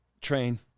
Train